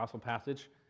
passage